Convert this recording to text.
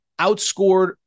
outscored